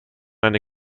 eine